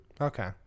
Okay